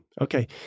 Okay